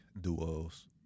duos